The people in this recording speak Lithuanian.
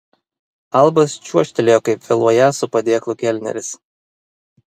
albas čiuožtelėjo kaip vėluojąs su padėklu kelneris